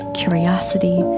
curiosity